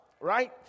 right